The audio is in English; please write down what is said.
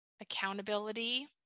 Accountability